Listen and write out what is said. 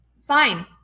fine